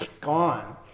gone